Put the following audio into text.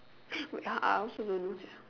wait ah I also don't know sia